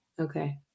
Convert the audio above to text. Okay